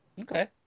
Okay